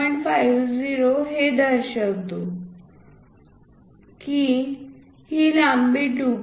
50 हे दर्शविते की ही लांबी 2